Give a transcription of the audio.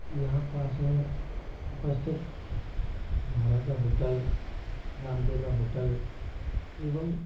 यहाँ पास में उपस्थित महाराजा होटल रामदेवरा होटल एवं